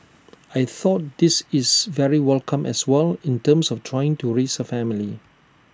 I thought this is very welcome as well in terms of trying to raise A family